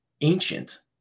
ancient